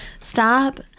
stop